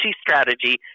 strategy